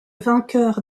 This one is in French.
vainqueur